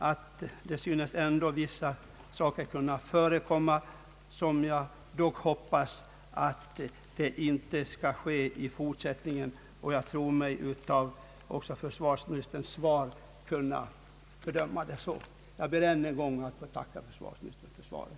Dock synes vissa saker kunna förekomma, som jag hoppas inte skall få ske i fortsättningen. Av försvarsministerns svar tror jag mig kunna hysa den förhoppningen. Jag ber än en gång att få tacka försvarsministern för svaret.